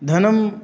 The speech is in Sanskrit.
धनं